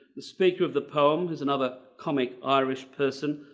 the speaker of the poem is another comic irish person,